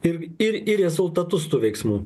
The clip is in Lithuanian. ir ir į rezultatus tų veiksmų